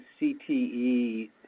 CTE